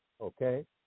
okay